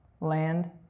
land